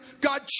God